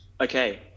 Okay